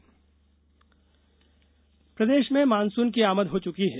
मौसम प्रदेश में मानसून की आमद हो चुकी है